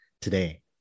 today